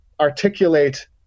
articulate